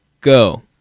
Go